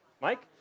Mike